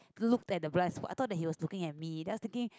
look at blind I thought he was looking at me then I was thinking